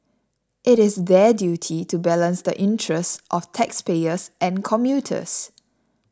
it is their duty to balance the interests of taxpayers and commuters